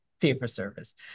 fee-for-service